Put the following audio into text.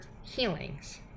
healings